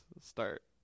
start